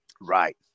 right